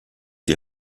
die